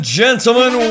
gentlemen